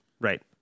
Right